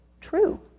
true